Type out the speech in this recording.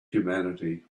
humanity